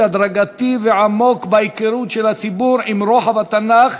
הדרגתי ועמוק בהיכרות של הציבור עם רוחב התנ"ך